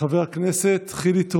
חבר הכנסת חילי טרופר,